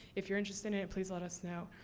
if you're interested in it, please let us know.